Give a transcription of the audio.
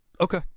Okay